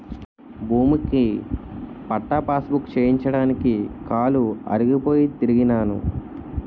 భూమిక పట్టా పాసుబుక్కు చేయించడానికి కాలు అరిగిపోయి తిరిగినాను